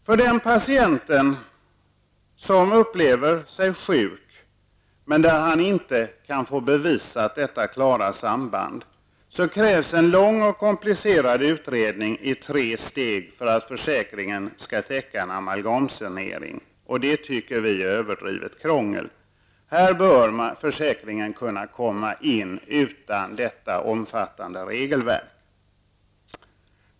För den patient som upplever sig som sjuk men inte kan få detta klara samband bevisat, krävs en lång och komplicerad utredning i tre steg för att försäkringen skall täcka en amalgamsanering. Det tycker vi är överdrivet krångel. Här bör försäkringen kunna komma in utan detta omfattande regelverk.